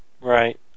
right